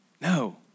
No